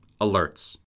Alerts